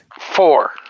Four